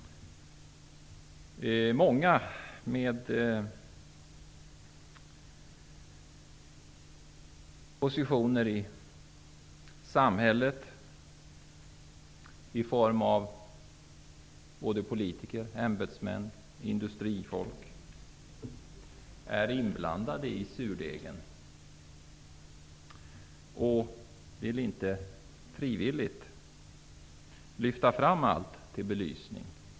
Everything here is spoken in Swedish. Många med positioner i samhället -- politiker, ämbetsmän, industrifolk -- är inblandade i surdegen och vill inte lyfta fram allt till belysning.